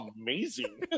amazing